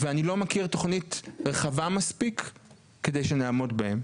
ואני לא מכיר תוכנית רחבה מספיק כדי שנעמוד בהם.